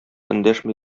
эндәшми